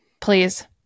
Please